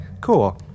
cool